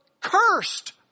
Cursed